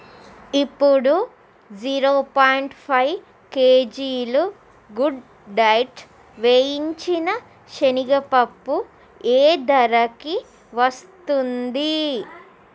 ఇప్పుడు zero point five కేజీలు good diet వేయించిన శనగపప్పు ఏ ధరకి వస్తుంది